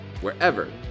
wherever